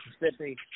Mississippi